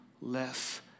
less